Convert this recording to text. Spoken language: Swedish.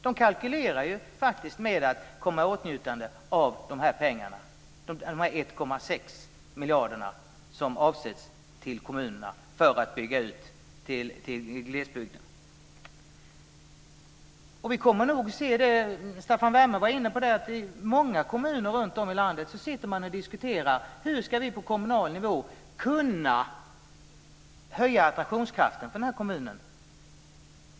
De kalkylerar faktiskt med att komma i åtnjutande av de 1,6 miljarder som avsätts till kommunerna för att bygga ut i glesbygden. Vi kommer nog att se, Staffan Werme var inne på det, att man i många kommuner runtom i landet diskuterar detta. Hur ska vi på kommunal nivå kunna höja attraktionskraften för den här kommunen?